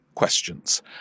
Questions